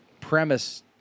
premise